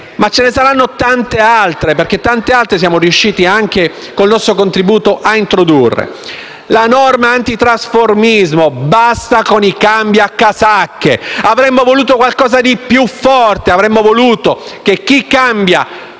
Ma ce ne saranno tante altre, perché tante altre siamo riusciti, anche con il nostro contributo, a introdurre. La norma antitrasformismo: basta con i cambiacasacche. Avremmo voluto qualcosa di più forte, avremmo voluto che chi cambi